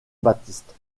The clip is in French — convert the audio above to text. baptiste